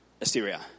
Assyria